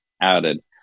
added